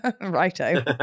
righto